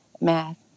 math